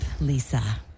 Lisa